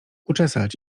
uczesać